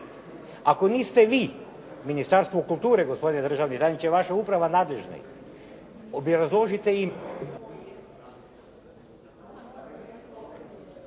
Ako niste vi, Ministarstvo kulture, gospodine državni tajniče, vaša uprava nadležni obrazložite im